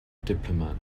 diplomat